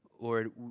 Lord